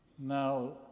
Now